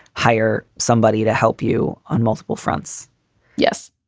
hire somebody to help you on multiple fronts yes,